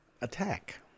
attack